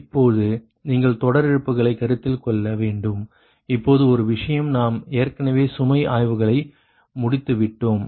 இப்பொழுது நீங்கள் தொடர் இழப்புகளை கருத்தில் கொள்ள வேண்டும் இப்பொழுது ஒரு விஷயம் நாம் ஏற்கனவே சுமை ஆய்வுகளை முடித்து விட்டோம்